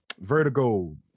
vertigo